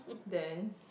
then